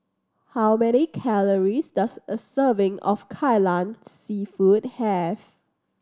how many calories does a serving of Kai Lan Seafood have